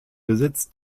besitz